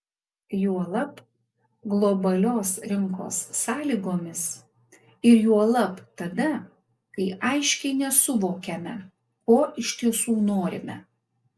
juolab globalios rinkos sąlygomis ir juolab tada kai aiškiai nesuvokiame ko iš tiesų norime